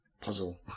puzzle